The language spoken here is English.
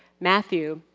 matthew,